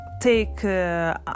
take